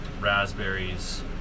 raspberries